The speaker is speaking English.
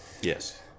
yes